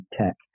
tech